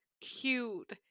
cute